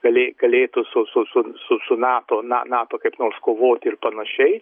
galė galėtų su su su su su nato na nato kaip nors kovoti ir panašiai